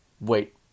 Wait